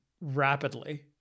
rapidly